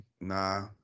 nah